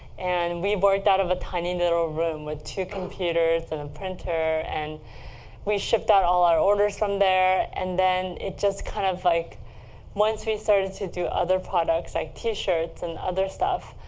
and we worked out of a tiny little room with two computers and a printer. and we shipped out all our orders from there. and then it just kind of, like once we started to do other products like t-shirts and other stuff,